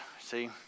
see